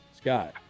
Scott